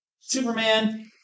Superman